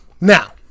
Now